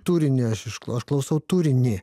turinį aš aš klausau turinį